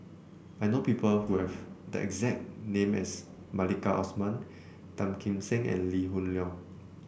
I know people who have the exact name as Maliki Osman Tan Kim Seng and Lee Hoon Leong